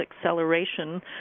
acceleration